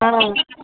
ఆ